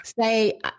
say